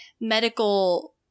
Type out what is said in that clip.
medical